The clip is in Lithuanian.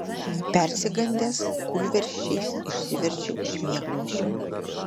persigandęs kūlversčiais išsiverčiau iš miegmaišio